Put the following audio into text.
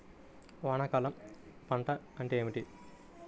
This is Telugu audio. వానాకాలం పంట అంటే ఏమిటి?